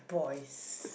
boys